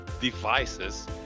devices